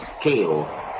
scale